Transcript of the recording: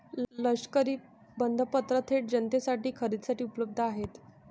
लष्करी बंधपत्र थेट जनतेसाठी खरेदीसाठी उपलब्ध आहेत